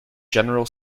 general